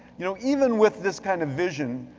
you know even with this kind of vision,